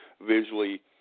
visually